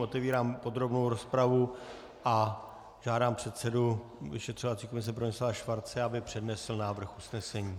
Otevírám podrobnou rozpravu a žádám předsedu vyšetřovací komise Bronislava Schwarze, aby přednesl návrh usnesení.